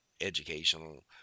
educational